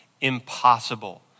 impossible